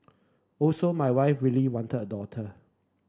also my wife really wanted a daughter